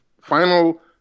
final